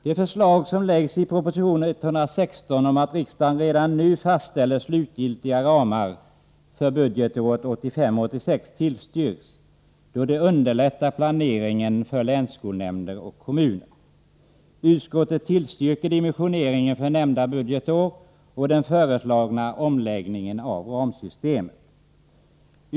Det förslag som framläggs i proposition 116 om att riksdagen redan nu skall fastställa slutgiltiga ramar för budgetåret 1985/86 tillstyrks, då det underlättar planeringen för länsskolnämnder och kommuner. Utskottet tillstyrker dimensioneringen för nämnda budgetår och den föreslagna omläggningen av ramsystemet.